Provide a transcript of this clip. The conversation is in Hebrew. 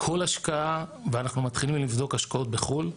כל השקעה, ואנחנו מתחילים לבדוק השקעות בחו"ל,